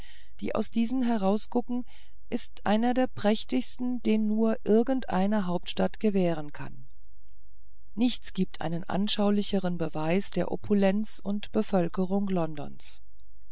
die aus diesen herausgucken ist einer der prächtigsten den nur irgendeine große hauptstadt gewähren kann nichts gibt einen anschaulicheren beweis der opulenz und bevölkerung londons